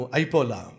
Aipola